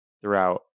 throughout